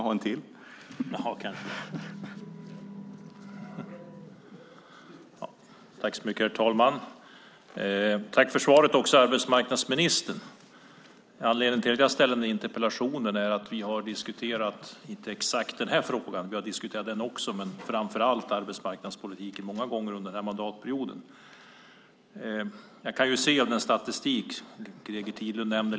Herr talman! Jag får tacka arbetsmarknadsministern för svaret. Anledningen till att jag ställde interpellationen är att vi många gånger under mandatperioden har diskuterat inte exakt den här aktuella frågan även om den berörts utan framför allt arbetsmarknadspolitiken. Greger Tidlund nämnde lite grann om statistiken.